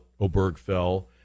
Obergfell